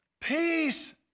Peace